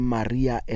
Maria